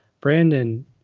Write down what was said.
Brandon